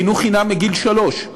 חינוך חינם מגיל שלוש,